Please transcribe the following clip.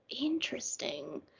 interesting